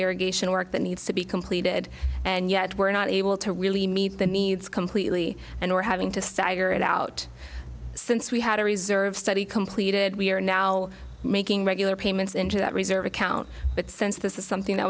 irrigation work that needs to be completed and yet we're not able to really meet the needs completely and we're having to stagger it out since we had a reserve study completed we are now making regular payments into that reserve account but since this is something that